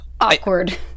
awkward